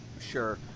Sure